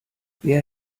wer